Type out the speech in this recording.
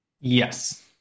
Yes